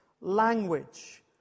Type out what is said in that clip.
language